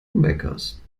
meckerst